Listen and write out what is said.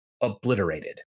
obliterated